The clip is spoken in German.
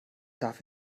darf